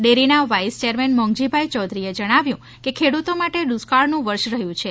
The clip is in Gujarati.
ડેરીના વાઇસ ચેરમેન મોંઘજીભાઇ ચૌધરીએ જણાવ્યું કે ખેડૂતો માટે દુષ્કાળનું વર્ષ રહ્યું છે